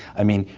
i mean,